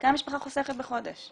כמה משפחה חוסכת בחודש?